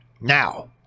Now